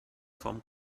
vom